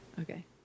Okay